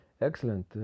Excellent